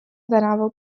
tänavu